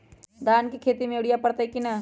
धान के खेती में यूरिया परतइ कि न?